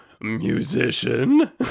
musician